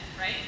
right